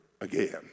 again